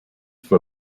for